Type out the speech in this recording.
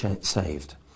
saved